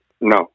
No